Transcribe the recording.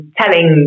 telling